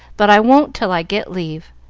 but i won't till i get leave.